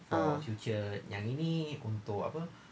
ah